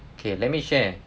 okay let me share